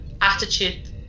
attitude